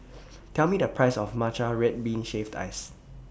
Tell Me The Price of Matcha Red Bean Shaved Ice